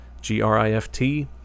G-R-I-F-T